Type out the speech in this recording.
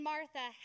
Martha